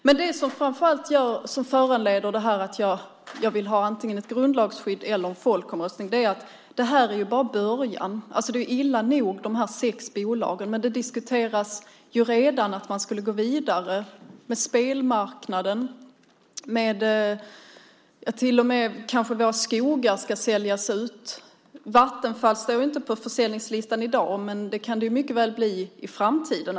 Men det som framför allt föranleder att jag vill ha antingen ett grundlagsskydd eller en folkomröstning är att detta bara är början. Det är illa nog med dessa sex bolag. Men man diskuterar redan att gå vidare med spelmarknaden. Man kanske till och med ska sälja ut våra skogar. Vattenfall står inte på försäljningslistan i dag, men så kan bli fallet i framtiden.